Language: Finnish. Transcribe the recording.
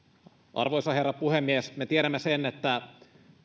arvoisa herra puhemies me tiedämme sen että